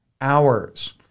hours